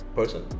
person